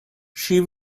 she